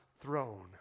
throne